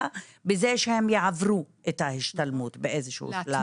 בזה שהם יעברו את ההשתלמות באיזשהו שלב.